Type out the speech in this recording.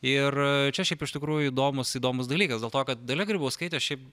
ir čia šiaip iš tikrųjų įdomūs įdomūs dalykas dėl to kad dalia grybauskaitė šiaip